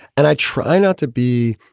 and i try not to be.